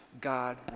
God